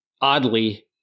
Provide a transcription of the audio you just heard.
Oddly